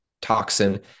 toxin